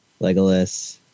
Legolas